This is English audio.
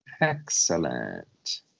Excellent